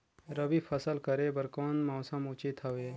रबी फसल करे बर कोन मौसम उचित हवे?